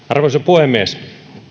arvoisa puhemies